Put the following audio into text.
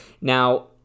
Now